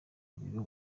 biro